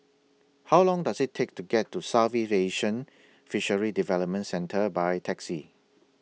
How Long Does IT Take to get to Southeast Asian Fisheries Development Centre By Taxi